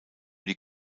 die